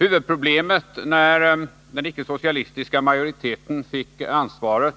Huvudproblemet när den icke socialistiska majoriteten fick ansvaret